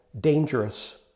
dangerous